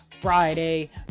Friday